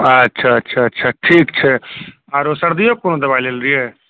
अच्छा अच्छा अच्छा ठीक छै आरो सर्दीओके कोनो दबाइ लेने रहियै